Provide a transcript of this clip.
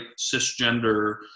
cisgender